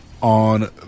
on